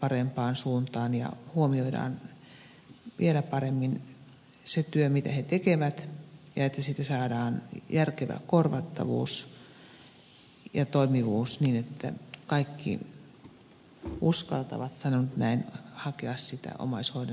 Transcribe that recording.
parempaan suuntaan ja huomioidaan vielä paremmin se työ mitä he tekevät ja se että siitä saadaan järkevä korvattavuus ja toimivuus niin että kaikki uskaltavat sanon nyt näin hakea sitä omaishoidon tukea